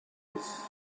was